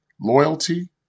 loyalty